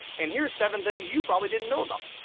and here's seven things you probably didn't know about